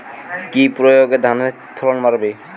কি প্রয়গে ধানের ফলন বাড়বে?